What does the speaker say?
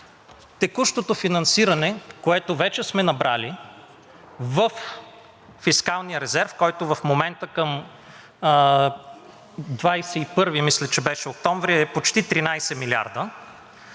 текущото финансиране, което вече сме набрали във фискалния резерв, който мисля, че към 21 октомври беше почти 13 милиарда,